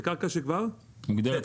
בקרקע שכבר מוגדרת חקלאית.